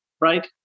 right